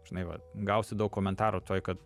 žinai va gausi daug komentarų tuoj kad